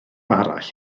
arall